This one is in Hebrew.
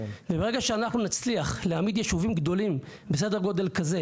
ברגע שאנחנו נצליח להעמיד יישובים גדולים בסדר גודל כזה,